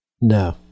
no